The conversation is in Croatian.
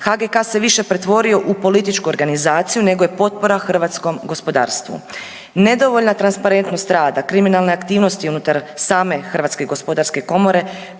HGK se više pretvorio u političku organizaciju nego je potpora hrvatskom gospodarstvu. Nedovoljna transparentnost rada, kriminalne aktivnosti unutar same HGK te političko